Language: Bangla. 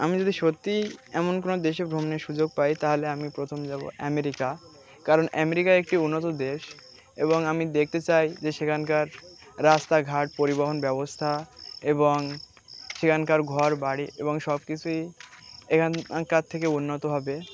আমি যদি সত্যিই এমন কোনো দেশে ভ্রমণের সুযোগ পাই তাহলে আমি প্রথম যাবো আমেরিকা কারণ আমেরিকা একটি উন্নত দেশ এবং আমি দেখতে চাই যে সেখানকার রাস্তাঘাট পরিবহন ব্যবস্থা এবং সেখানকার ঘর বাড়ি এবং সব কিছুই এখানকার থেকে উন্নত হবে